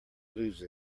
lose